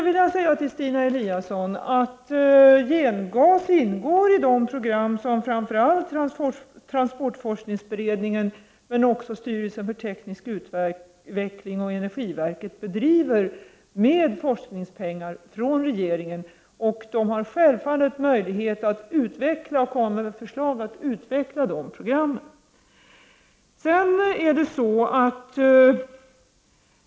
Till Stina Eliasson vill jag säga att gengas ingår i de projekt som framför allt transportforskningsberedningen men också styrelsen för teknisk utveckling och energiverket bedriver med forskningspengar från regeringen. De har självfallet möjlighet att komma med förslag om att utveckla de programmen.